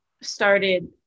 started